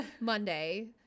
Monday